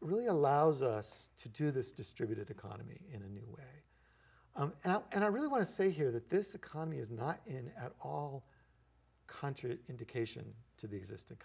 really allows us to do this distributed economy in and out and i really want to say here that this economy is not in at all country indication to the existing